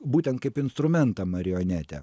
būtent kaip instrumentą marionetę